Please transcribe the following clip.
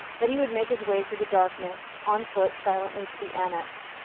then he would make his way through the darkness, on foot, silently, to the annex.